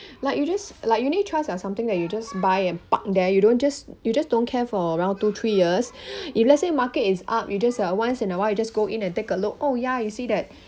like you just like unit trust are something that you just buy and park there you don't just you just don't care for around two three years if let's say market is up you just uh once in a while you just go in and take a look oh ya you see that